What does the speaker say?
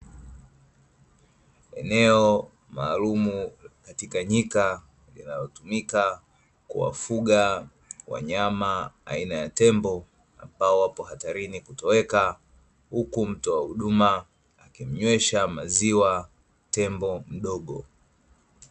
Eneo maalumu katika nyika linalotumika kuwafuga wanyama aina ya tembo, ambao wapo hatarini kutoweka, huku mtoa huduma akimnywesha maziwa tembo mdogo.